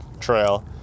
trail